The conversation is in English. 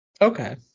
Okay